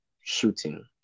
shooting